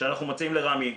שאנחנו מציעים לרמ"י.